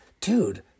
dude